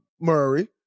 Murray